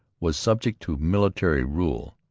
was subject to military rule.